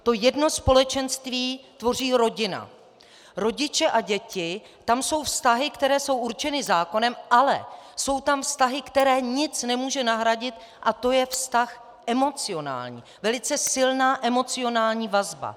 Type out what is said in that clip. To jedno společenství tvoří rodina, rodiče a děti jsou tam vztahy, které jsou určeny zákonem, ale jsou tam vztahy, které nic nemůže nahradit, a to je vztah emocionální, velice silná emocionální vazba.